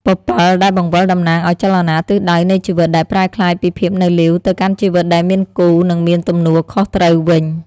ពពិលដែលបង្វិលតំណាងឱ្យចលនាទិសដៅនៃជីវិត ដែលប្រែក្លាយពីភាពនៅលីវទៅកាន់ជីវិតដែលមានគូ និងមានទំនួលខុសត្រូវវិញ ។